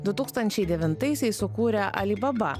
du tūkstančiai devintaisiais sukūrė alibaba